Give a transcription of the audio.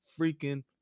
freaking